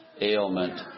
ailment